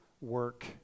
work